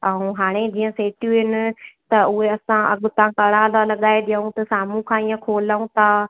ऐं हाणे जीअं सेटियूं आहिनि त उहे असां अॻितां पड़ाॾा लॻाए ॾियऊं त साम्हूं खां हीअं खोलऊं था